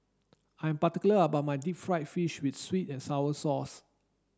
I'm particular about my deep fried fish with sweet and sour sauce